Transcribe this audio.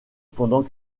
pendant